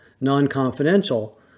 non-confidential